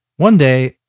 one day,